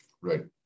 right